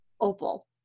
opal